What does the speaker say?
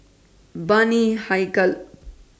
Bani Haykal